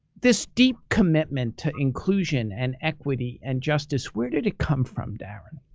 this deep commitment to inclusion, and equity and justice, where did it come from, darren?